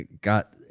got